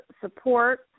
support